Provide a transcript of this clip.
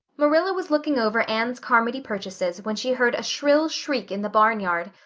marilla was looking over anne's carmody purchases when she heard a shrill shriek in the barnyard.